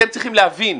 אתם צריכים להבין,